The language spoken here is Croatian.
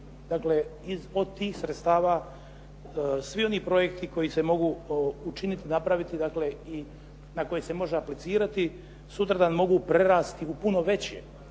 jer od tih sredstava svi oni projekti koji se mogu učiniti, napraviti dakle i na koje se može aplicirati sutradan mogu prerasti u puno veći